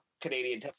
Canadian